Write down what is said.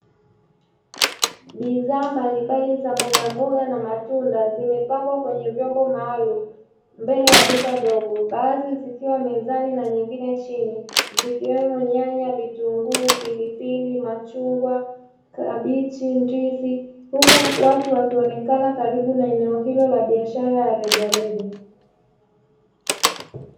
Bidhaa mbalimbali za mbogamboga na matunda, zimepangwa kwenye vyombo maalumu mbele ya duka dogo. Baadhi zikiwa mezani na zingine chini, zikiwemo nyanya, vitunguu, pilipili, machungwa, kabichi, ndizi. Huku watu wakionekana karibu na biashara ya rejareja.